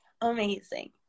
amazing